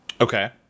okay